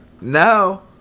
Now